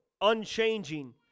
unchanging